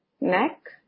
neck